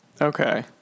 Okay